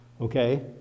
Okay